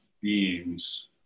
beings